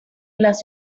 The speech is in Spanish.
las